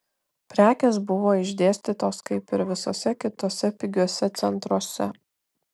prekės buvo išdėstytos kaip ir visuose kituose pigiuose centruose